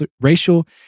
racial